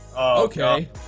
Okay